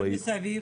ומסביב?